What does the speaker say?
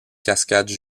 cascades